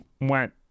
went